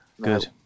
Good